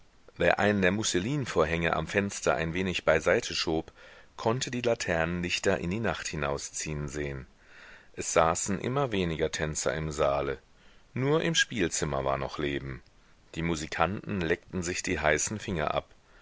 wer einen der musselinvorhänge am fenster ein wenig beiseiteschob konnte die laternenlichter in die nacht hinausziehen sehen es saßen immer weniger tänzer im saale nur im spielzimmer war noch leben die musikanten leckten sich die heißen finger ab